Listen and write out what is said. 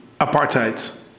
apartheid